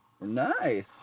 Nice